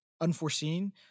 unforeseen